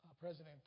President